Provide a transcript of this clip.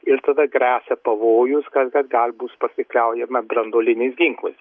ir tada gresia pavojus kad kad gal bus pasikliaujama branduoliniais ginklais